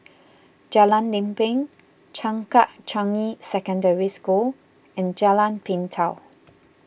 Jalan Lempeng Changkat Changi Secondary School and Jalan Pintau